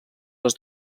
les